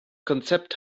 konzept